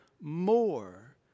more